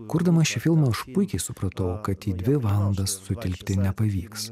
kurdamas šį filmą aš puikiai supratau kad į dvi valandas sutilpti nepavyks